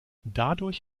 dadurch